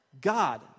God